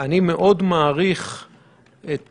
אני מאוד מעריך את